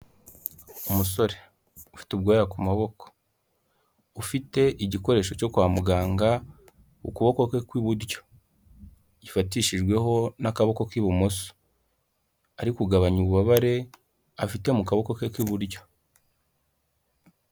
Umusore ufite ubwoya ku maboko. Ufite igikoresho cyo kwa muganga, ukuboko kwe ku iburyo. Gifatishijweho n'akaboko k'ibumoso. Ari kugabanya ububabare afite mu kaboko ke k'iburyo.